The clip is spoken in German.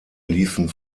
liefen